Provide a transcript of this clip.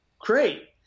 Great